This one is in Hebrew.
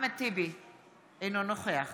אינו נוכח